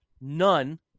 none